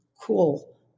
cool